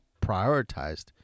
prioritized